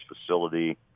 facility